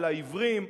על העיוורים,